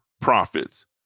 profits